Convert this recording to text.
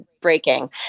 breaking